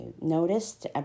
noticed